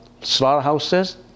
slaughterhouses